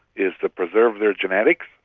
is to preserve their genetics,